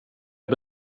jag